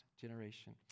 generation